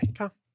Okay